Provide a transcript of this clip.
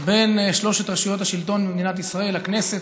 בין שלוש רשויות השלטון במדינת ישראל: הכנסת,